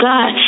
God